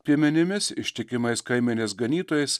piemenimis ištikimais kaimenės ganytojais